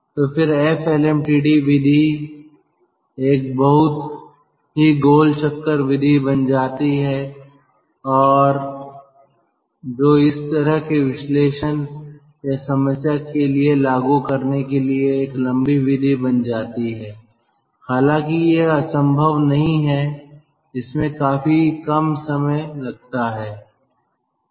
तो फिर F LMTD विधि एक बहुत ही गोल चक्कर विधि बन जाती है जो उस तरह के विश्लेषण या समस्या के लिए लागू करने के लिए एक लंबी विधि बन जाती है हालांकि यह असंभव नहीं है इसमें काफी कम समय लगता है